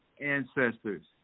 Ancestors